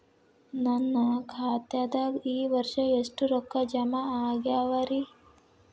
ನನ್ನ ಖಾತೆದಾಗ ಈ ವರ್ಷ ಎಷ್ಟು ರೊಕ್ಕ ಜಮಾ ಆಗ್ಯಾವರಿ?